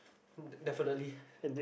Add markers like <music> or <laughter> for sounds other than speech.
hmm definitely <breath>